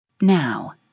Now